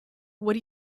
what